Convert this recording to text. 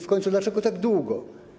W końcu: dlaczego tak długo?